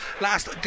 last